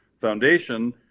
foundation